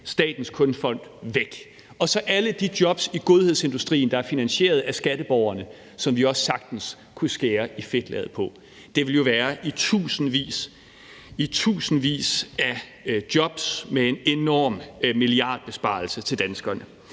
Statens Kunstfond, væk. Og så er der alle de jobs i godhedsindustrien, der er finansieret af skatteborgerne, som vi også sagtens kunne skære i fedtlaget på. Det ville jo være i tusindvis – i tusindvis – af jobs med en enorm milliardbesparelse til danskerne